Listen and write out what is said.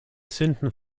sünden